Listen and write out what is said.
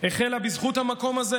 החלה בזכות המקום הזה,